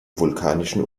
vulkanischen